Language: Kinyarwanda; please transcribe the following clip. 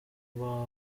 baba